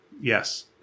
yes